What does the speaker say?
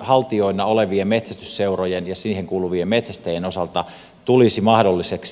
haltijoina olevien metsästysseurojen ja niihin kuuluvien metsästäjien osalta tulisi mahdolliseksi